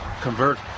convert